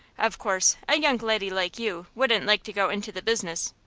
of course, a young leddy like you wouldn't like to go into the business.